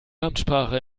amtssprache